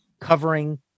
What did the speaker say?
covering